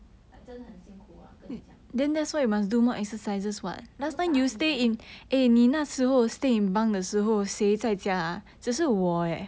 like 真的很辛苦 ah 跟你讲我打你 ah